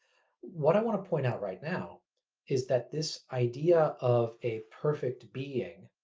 what i want to point out right now is that this idea of a perfect being,